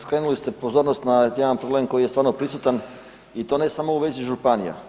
Skrenuli ste pozornost na jedan problem koji je stvarno prisutan i to ne samo u vezi županija.